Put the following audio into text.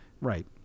right